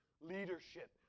leadership